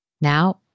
Now